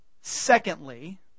Secondly